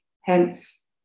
hence